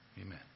Amen